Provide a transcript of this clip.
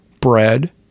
bread